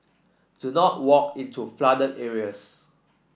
do not walk into flooded areas